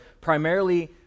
primarily